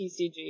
TCG